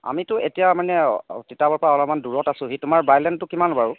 আমিতো এতিয়া মানে তিতাবৰৰ পৰা অলপ মান দূৰত আছোঁহি তোমাৰ বাইলেনটো কিমান বাৰু